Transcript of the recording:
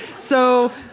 so,